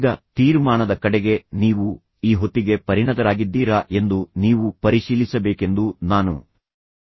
ಈಗ ತೀರ್ಮಾನದ ಕಡೆಗೆ ನೀವು ಈ ಹೊತ್ತಿಗೆ ಪರಿಣತರಾಗಿದ್ದೀರಾ ಎಂದು ನೀವು ಪರಿಶೀಲಿಸಬೇಕೆಂದು ನಾನು ಬಯಸುತ್ತೇನೆ